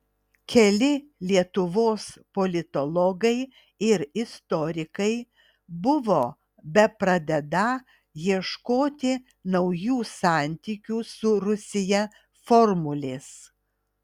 keli lietuvos politologai ir istorikai buvo bepradedą ieškoti naujų santykių su rusija formulės